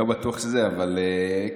כן,